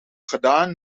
gedaan